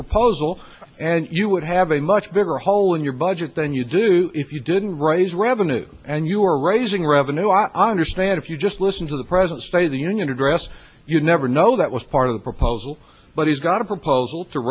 proposal and you would have a much bigger hole in your budget than you do if you didn't rise revenue and you are raising revenue i understand if you just listen to the present state of the union address you never know that was part of the proposal but he's got a proposal to